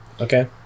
okay